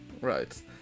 Right